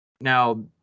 Now